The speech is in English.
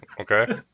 Okay